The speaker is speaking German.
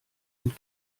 und